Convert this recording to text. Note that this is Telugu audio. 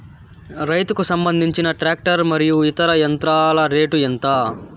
రైతుకు సంబంధించిన టాక్టర్ మరియు ఇతర యంత్రాల రేటు ఎంత?